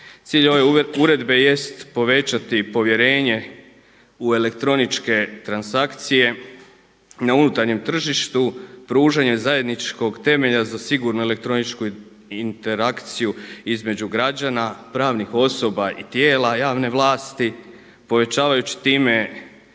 Cilj ove uredbe jest povećati povjerenje u elektroničke transakcije na unutarnjem tržištu, pružanje zajedničkog temelja za sigurnu elektroničku interakciju između građana, pravnih osoba i tijela javne vlasti, povećavajući time